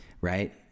right